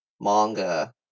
manga